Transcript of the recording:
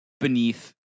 Beneath